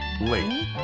late